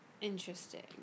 interesting